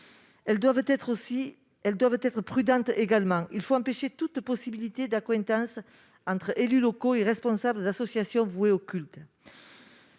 également être prudentes : il faut empêcher toute possibilité d'accointances entre élus locaux et responsables d'associations vouées au culte.